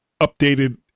updated